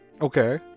Okay